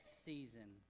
season